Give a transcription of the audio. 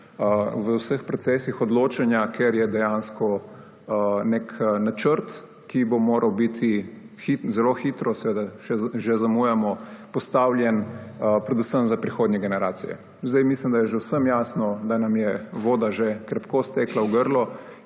v vseh procesih odločanja, kjer je dejansko nek načrt, ki bo moral biti zelo hitro – seveda že zamujamo – postavljen predvsem za prihodnje generacije. Zdaj mislim, da je že vsem jasno, da nam je voda že krepko stekla v grlo